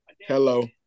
Hello